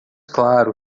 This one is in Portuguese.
claro